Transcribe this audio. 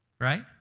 right